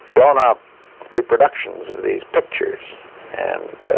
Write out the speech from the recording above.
blown up reproductions of these pictures and